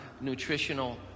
nutritional